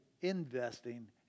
investing